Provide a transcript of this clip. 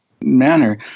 manner